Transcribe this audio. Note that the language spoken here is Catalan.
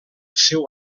seu